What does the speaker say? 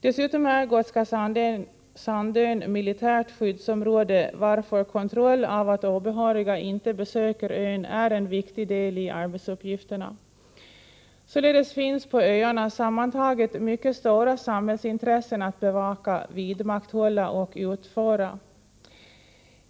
Dessutom är Gotska Sandön militärt skyddsområde, varför kontroll av att obehöriga inte besöker ön är en viktig del i arbetsuppgifterna. Således finns på öarna mycket stora samhällsintressen att bevaka, vidmakthålla och utföra.